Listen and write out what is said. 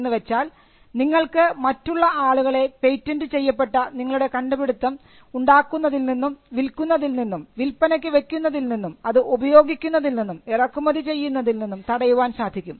എന്നുവെച്ചാൽ നിങ്ങൾക്ക് മറ്റുള്ള ആളുകളെ പേറ്റന്റ് ചെയ്യപ്പെട്ട നിങ്ങളുടെ കണ്ടുപിടിത്തം ഉണ്ടാക്കുന്നതിൽ നിന്നും വിൽക്കുന്നതിൽ നിന്നും വിൽപ്പനയ്ക്ക് വെക്കുന്നതിൽ നിന്നും അത് ഉപയോഗിക്കുന്നതിൽ നിന്നും ഇറക്കുമതി ചെയ്യുന്നതിൽ നിന്നും തടയുവാൻ സാധിക്കും